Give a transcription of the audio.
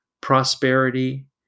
prosperity